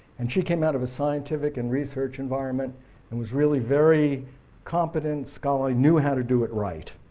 and she came out of a scientific and research environment and was really very competent, scholarly, knew how to do it right,